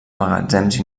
magatzems